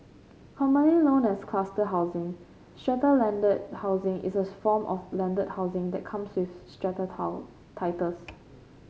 commonly known as cluster housing strata landed housing is as form of landed housing that comes with strata how titles